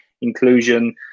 inclusion